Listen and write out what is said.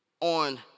on